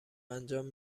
انجام